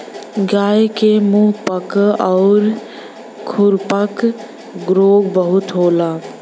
गाय के मुंहपका आउर खुरपका रोग बहुते होला